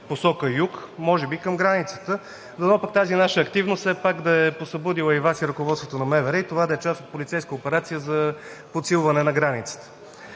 посока юг – може би към границата. Дано пък тази наша активност все пак да е посъбудила и Вас, и ръководтвото на МВР, и това да е част от полицейска операция за подсилване на границата.